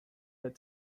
out